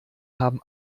haben